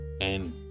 And